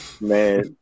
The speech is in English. Man